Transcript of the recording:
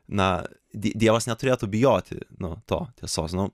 na dievas neturėtų bijoti nu to tiesos nu